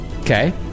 Okay